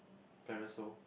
parasol